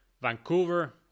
vancouver